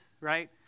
Right